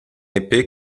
épée